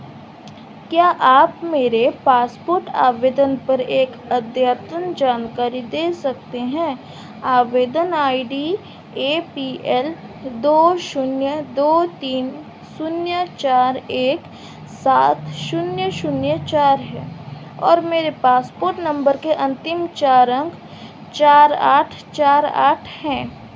क्या आप मेरे पासपोर्ट आवेदन पर एक अद्यतन जानकारी दे सकते हैं आवेदन I D A P L दो शून्य दो तीन शून्य चार एक सात शून्य शून्य चार है और मेरे पासपोर्ट नंबर के अंतिम चार अंक चार आठ चार आठ हैं